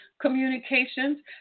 communications